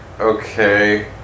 Okay